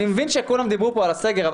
אני מבין שכולם דיברו פה על הסגר,